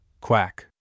Quack